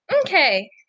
Okay